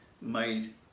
made